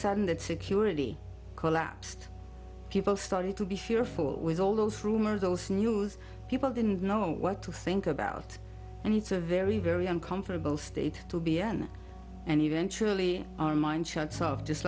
sudden that security collapsed people started to be fearful with all those rumors those news people didn't know what to think about and it's a very very uncomfortable state to be on and eventually our mind shots of just